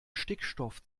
stickstoff